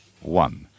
one